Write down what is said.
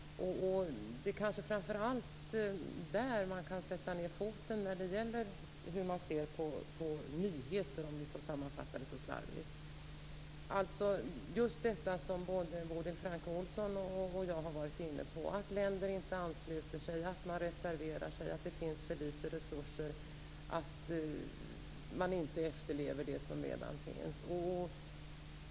Det kanske framför allt är där man kan sätta ned foten när det gäller hur man ser på nyheter, om jag får sammanfatta det så slarvigt. Det är just detta, som både Bodil Francke Ohlsson och jag har varit inne på, att länder inte ansluter sig, att de reserverar sig, att det finns för litet resurser, att man inte efterlever det som redan finns.